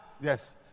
Yes